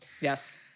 Yes